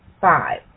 Five